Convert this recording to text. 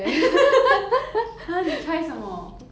!huh! 你 try 什么